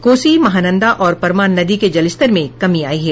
कोसी महानंदा और परमान नदी के जलस्तर में कमी आयी है